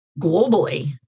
globally